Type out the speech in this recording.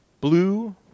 blue